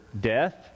death